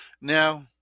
Now